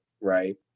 right